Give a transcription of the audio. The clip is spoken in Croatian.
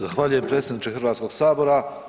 Zahvaljujem predsjedniče Hrvatskoga sabora.